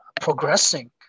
progressing